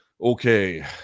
Okay